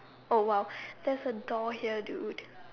oh !wow! there's a door here dude